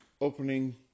opening